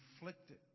inflicted